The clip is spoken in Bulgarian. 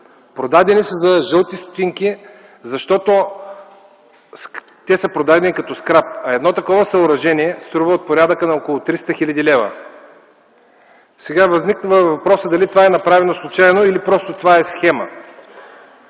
Продадени са за жълти стотинки, защото са продадени като скрап. А такова съоръжение струва от порядъка на 300 хил. лв.! Възниква въпросът дали това е направено случайно или е схема.